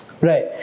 Right